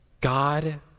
God